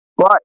Right